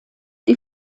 die